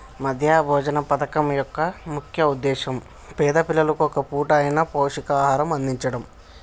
మధ్యాహ్న భోజన పథకం యొక్క ముఖ్య ఉద్దేశ్యం పేద పిల్లలకు ఒక్క పూట అయిన పౌష్టికాహారం అందిచడం